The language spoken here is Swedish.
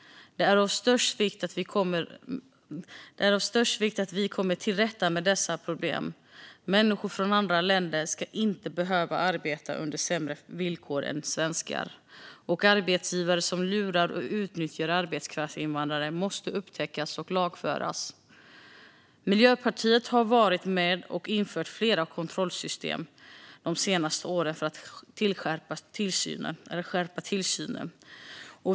Det är av största vikt att vi kommer till rätta med dessa problem. Människor från andra länder ska inte behöva arbeta under sämre villkor än svenskar, och arbetsgivare som lurar och utnyttjar arbetskraftsinvandrare måste upptäckas och lagföras. Miljöpartiet har varit med och infört flera kontrollsystem de senaste åren för att skärpa tillsynen.